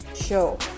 show